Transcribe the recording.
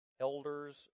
elders